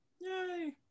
Yay